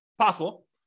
possible